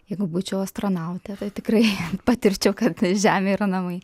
jeigu būčiau astronautė tai tikrai patirčiau kad žemė yra namai